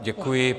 Děkuji.